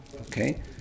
Okay